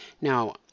Now